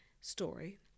story